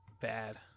bad